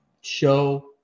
show